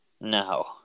No